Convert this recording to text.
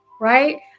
right